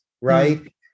right